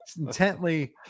intently